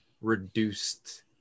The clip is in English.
reduced